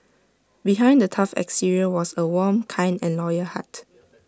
behind the tough exterior was A warm kind and loyal heart